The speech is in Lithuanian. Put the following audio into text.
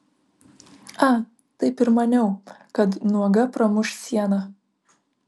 a taip ir maniau kad nuoga pramuš sieną